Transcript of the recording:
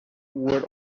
would